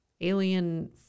alien